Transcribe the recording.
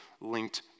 linked